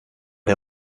der